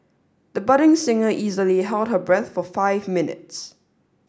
the budding singer easily held her breath for five minutes